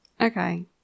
Okay